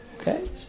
okay